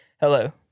Hello